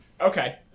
Okay